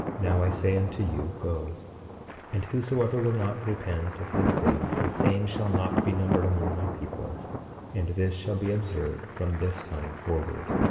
now i say unto you, go and whosoever will not repent of his sins the same shall not be numbered among my people and this shall be observed from this time forward.